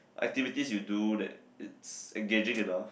activities you do that it's engaging enough